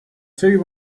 too